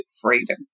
freedom